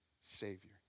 Savior